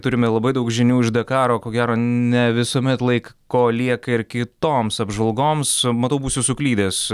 turime labai daug žinių iš dakaro ko gero ne visuomet laik ko lieka ir kitoms apžvalgoms matau būsiu suklydęs